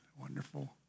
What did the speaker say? wonderful